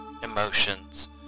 emotions